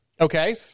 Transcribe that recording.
Okay